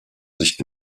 sich